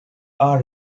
are